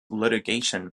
litigation